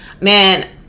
man